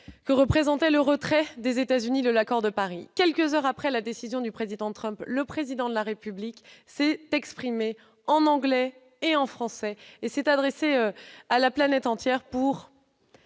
des conséquences du retrait des États-Unis de l'accord de Paris. Quelques heures après la décision du président Trump, le Président de la République s'est adressé, en anglais et en français, à la planète entière.: